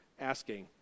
asking